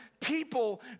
people